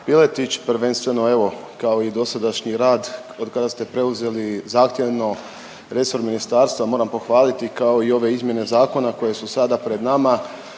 Piletić, prvenstveno evo kao i dosadašnji rad otkada ste preuzeli zahtjevno resor ministarstva moram pohvaliti kao i ove izmjene zakona koje su sada pred nama